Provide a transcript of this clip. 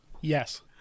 Yes